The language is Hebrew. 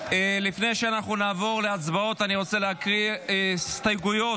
לפני שאנחנו נעבור להצבעות אני רוצה להקריא את הסתייגויות